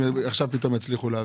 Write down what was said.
אם עד עכשיו לא הצליחו?